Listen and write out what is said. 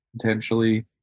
potentially